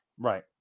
right